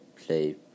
play